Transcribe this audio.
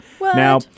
Now